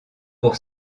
pour